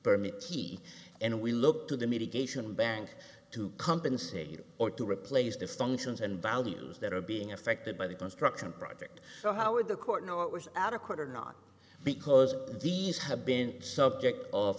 permits he and we look to the mitigation bank to compensate or to replace the functions and values that are being affected by the construction project so how would the court know what was adequate or not because these have been subject o